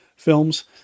films